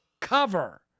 cover